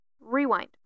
Rewind